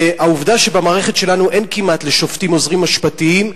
העובדה שבמערכת שלנו כמעט אין לשופטים עוזרים משפטיים,